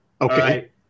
Okay